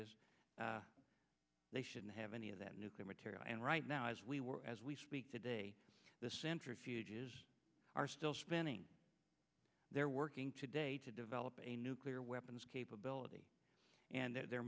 is they shouldn't have any of that nuclear material and right now as we were as we speak today the centrifuges are still spinning they're working today to develop a nuclear weapons capability and their